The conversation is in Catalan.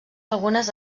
algunes